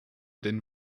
den